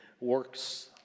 works